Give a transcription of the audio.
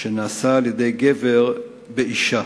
שנעשה על-ידי גבר באשה.